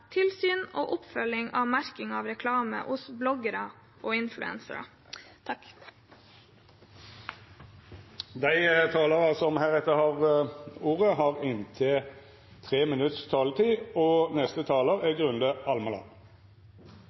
tilsyn med og oppfølging av merking av reklame hos bloggere og influencere. Dei talarane som heretter får ordet, har ei taletid på inntil 3 minutt. Det er